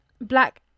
black